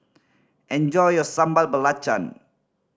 enjoy your Sambal Belacan